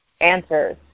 answers